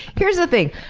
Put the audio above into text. here's the thing.